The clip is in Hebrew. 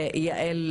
יעל,